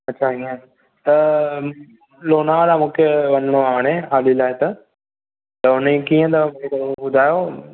अच्छा ईअं त लोनावाला मूंखे वञणो आहे हाणे अॻे लाइ त त हुनजी कीअं त मूंखे थोरो ॿुधायो